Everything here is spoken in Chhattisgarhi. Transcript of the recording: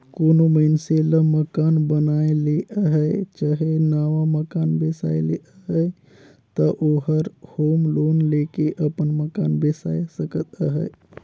कोनो मइनसे ल मकान बनाए ले अहे चहे नावा मकान बेसाए ले अहे ता ओहर होम लोन लेके अपन मकान बेसाए सकत अहे